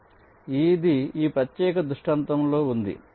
సరే ఇది ఈ ప్రత్యేక దృష్టాంతంలో ఉంది